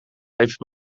heeft